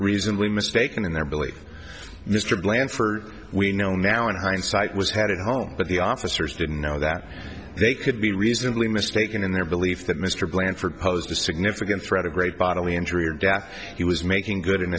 reasonably mistaken in their belief mr blanford we know now in hindsight was headed home but the officers didn't know that they could be reasonably mistaken in their belief that mr blanford posed a significant threat of great bodily injury or death he was making good